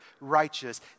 righteous